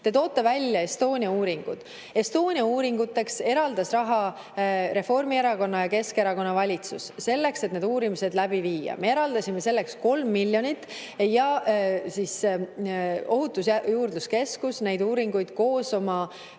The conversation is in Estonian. Te tõite välja Estonia uuringud. Estonia uuringuteks eraldas raha Reformierakonna ja Keskerakonna valitsus, selleks et need uurimised läbi viia. Me eraldasime selleks 3 miljonit ja Ohutusjuurdluse Keskus neid uuringuid koos oma